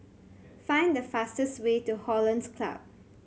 find the fastest way to Hollandse Club